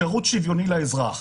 שירות שוויוני לאזרח.